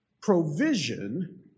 Provision